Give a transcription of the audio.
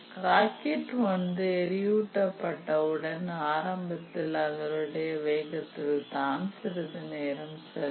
rocket ஒன்று எரியூட்டப்பட்ட உடன் ஆரம்பத்தில் அதனுடைய வேகத்தில் தான் சிறிது நேரம் செல்லும்